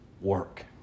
work